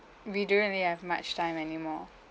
we don't really have much time any more